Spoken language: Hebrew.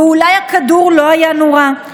ואולי הכדור לא היה נורה,